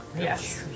Yes